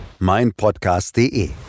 meinpodcast.de